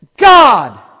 God